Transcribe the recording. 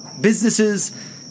businesses